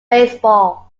baseball